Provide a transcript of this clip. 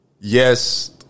yes